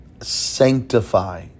sanctify